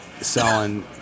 selling –